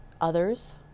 others